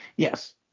Yes